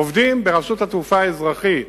עובדים ברשות התעופה האזרחית?